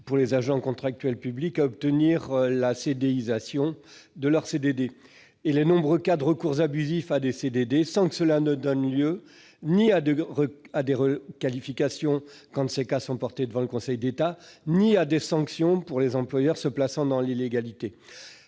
des agents contractuels publics en CDD à obtenir leur « CDIsation », ainsi que les nombreux cas de recours abusifs à des CDD, qui ne donnent lieu ni à des requalifications, quand ces cas sont portés devant le Conseil d'État, ni à des sanctions à l'encontre des employeurs se plaçant dans l'illégalité.